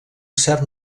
cert